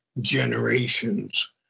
generations